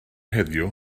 heddiw